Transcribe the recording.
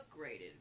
upgraded